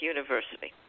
University